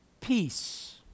peace